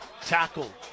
tackle